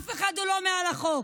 אף אחד הוא לא מעל החוק.